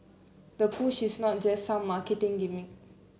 the push is not just some marketing gimmick